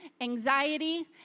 anxiety